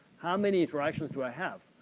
how many durations do i have?